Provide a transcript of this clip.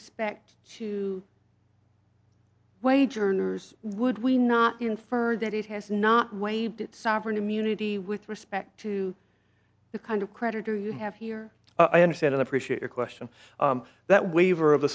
respect to wage earners would we not infer that it has not waived that sovereign immunity with respect to the kind of creditor you have here i understand and appreciate your question that waiver of